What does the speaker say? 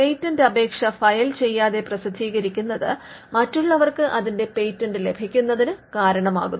patent അപേക്ഷ file ചെയ്യാതെ പ്രസിദ്ധീകരിക്കുന്നത് മറ്റുള്ളവർക്ക് അതിന്റെ പേറ്റന്റ് ലഭിക്കുന്നതിന് കാരണമാകുന്നു